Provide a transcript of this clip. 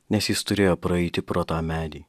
nes jis turėjo praeiti pro tą medį